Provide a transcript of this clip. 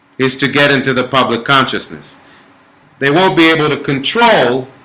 is to get into the public consciousness they won't be able to control